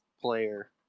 player